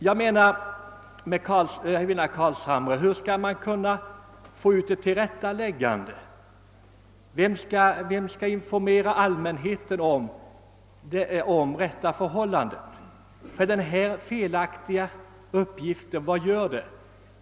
Hur skall man, herr Carlshamre, åstadkomma ett tillrättaläggande? Vem skall informera allmänheten om rätta förhållandet, ty vad blir följden av denna felaktiga uppgift?